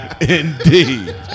indeed